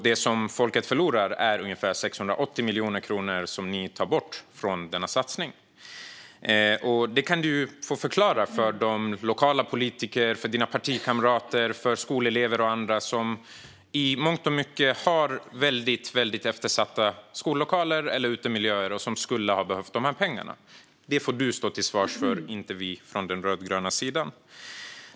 Det som folket förlorar är ungefär 680 miljoner kronor, som ni tar bort från satsningen. Du kan få förklara detta för lokala politiker, dina partikamrater, skolelever och andra som i mångt och mycket har eftersatta skollokaler och utemiljöer och som skulle ha behövt dessa pengar. Detta får du stå till svars för, inte vi från den rödgröna sidan.